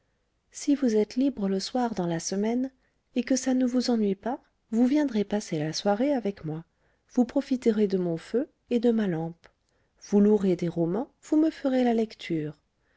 si vous êtes libre le soir dans la semaine et que ça ne vous ennuie pas vous viendrez passer la soirée avec moi vous profiterez de mon feu et de ma lampe vous louerez des romans vous me ferez la lecture